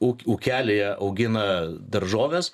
ū ūkelyje augina daržoves